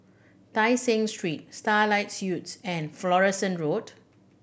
Tai Seng Street Starlight Suites and Florence Road